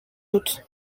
août